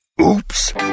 Oops